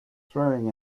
throwing